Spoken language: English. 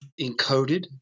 encoded